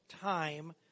time